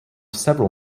several